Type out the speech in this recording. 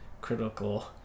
critical